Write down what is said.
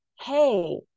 Hey